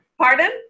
Pardon